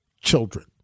children